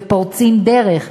ופורצים דרך,